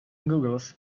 googles